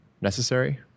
necessary